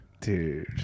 Dude